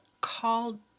called